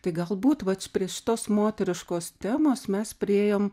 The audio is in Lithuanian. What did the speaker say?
tai galbūt vat prie šitos moteriškos temos mes priėjom